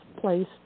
place